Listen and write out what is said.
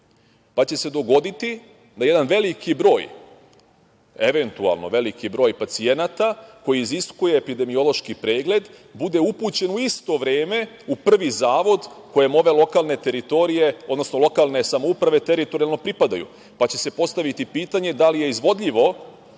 pa će se dogoditi da jedan veliki broj, eventualno veliki broj pacijenata koji iziskuje epidemiološki pregled bude upućen u isto vreme u prvi zavod kojem ove lokalne samouprave teritorijalno pripadaju, pa će se postaviti pitanje da li je izvodljivo